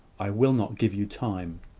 i will not give you time.